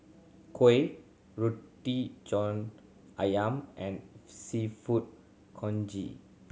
kuih Roti John Ayam and Seafood Congee